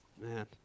Man